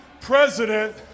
president